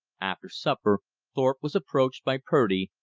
after supper thorpe was approached by purdy,